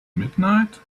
midnight